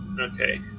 okay